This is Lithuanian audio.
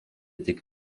tik